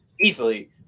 easily